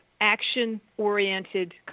action-oriented